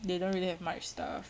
they don't really have much stuff